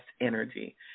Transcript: energy